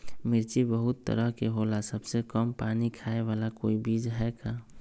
मिर्ची बहुत तरह के होला सबसे कम पानी खाए वाला कोई बीज है का?